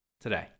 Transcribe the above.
today